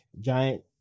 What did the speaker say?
giant